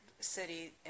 city